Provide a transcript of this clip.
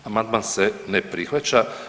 Amandman se ne prihvaća.